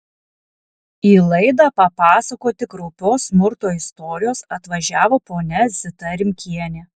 į laidą papasakoti kraupios smurto istorijos atvažiavo ponia zita rimkienė